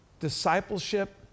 discipleship